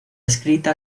escrita